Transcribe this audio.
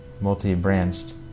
multi-branched